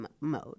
mode